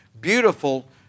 beautiful